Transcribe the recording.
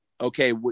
okay